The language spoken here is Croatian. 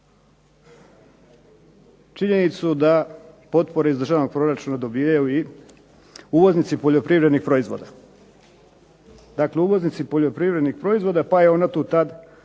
činjenicu da potpore iz državnog proračuna dobivaju i uvoznici poljoprivrednih proizvoda. Dakle, uvoznici poljoprivrednih proizvoda pa je ona tu tad